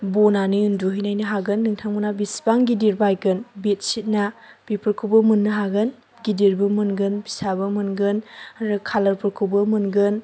बनानै उन्दुहैनायनो हागोन नोंथांमोनहा बेसेबां गिदिर बायगोन बेडशितआ बेफोरखौबो मोननो हागोन गिदिरबो मोनगोन फिसाबो मोनगोन आरो खालारफोरखौबो मोनगोन